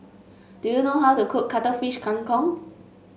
do you know how to cook Cuttlefish Kang Kong